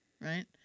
right